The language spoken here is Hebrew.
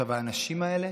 האנשים האלה